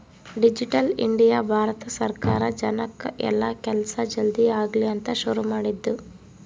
digital India Bharat ಸರ್ಕಾರ ಜನಕ್ ಎಲ್ಲ ಕೆಲ್ಸ ಜಲ್ದೀ ಆಗಲಿ ಅಂತ ಶುರು ಮಾಡಿದ್ದು